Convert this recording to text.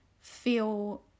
feel